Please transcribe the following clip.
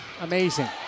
Amazing